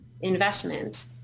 investment